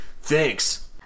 Thanks